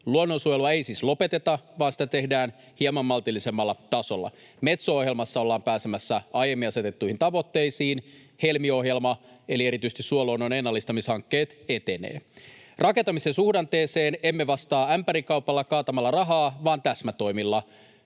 Luonnonsuojelua ei siis lopeteta, vaan sitä tehdään hieman maltillisemmalla tasolla. Metso-ohjelmassa ollaan pääsemässä aiemmin asetettuihin tavoitteisiin. Helmi-ohjelma eli erityisesti suoluonnon ennallistamishankkeet etenevät. Rakentamisen suhdanteeseen emme vastaa kaatamalla ämpärikaupalla rahaa vaan täsmätoimilla.